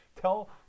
Tell